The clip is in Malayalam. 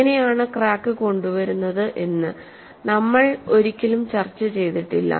എങ്ങനെയാണ് ക്രാക്ക് കൊണ്ടുവരുന്നത് എന്ന് നമ്മൾ ഒരിക്കലും ചർച്ച ചെയ്തിട്ടില്ല